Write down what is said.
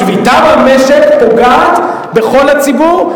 שביתה במשק פוגעת בכל הציבור,